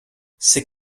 c’est